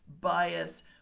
bias